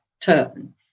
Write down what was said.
turn